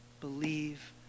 believe